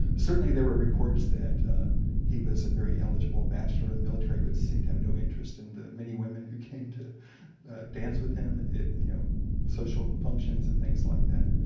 certainly there were reports that he was a very eligible bachelor in the military, but seemed to have no interest in the many women who came to dance with him at and you know social functions and things like that.